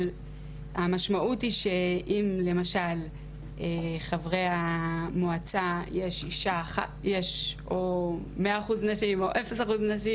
אבל המשמעות היא שאם למשל חברי המועצה יש 100% נשים או אפס אחוז נשים